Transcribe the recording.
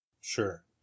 Sure